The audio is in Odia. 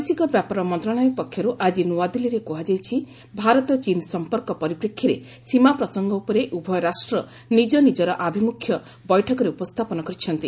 ବୈଦେଶିକ ବ୍ୟାପାର ମନ୍ତ୍ରଣାଳୟ ପକ୍ଷରୁ ଆଜି ନୂଆଦିଲ୍ଲୀରେ କୁହାଯାଇଛି ଭାରତ ଚୀନ୍ ସମ୍ପର୍କ ପରିପ୍ରେକ୍ଷୀରେ ସୀମା ପ୍ରସଙ୍ଗ ଉପରେ ଉଭୟ ରାଷ୍ଟ୍ର ନିଜ ନିଜର ଆଭିମୁଖ୍ୟ ବୈଠକରେ ଉପସ୍ଥାପନ କରିଛନ୍ତି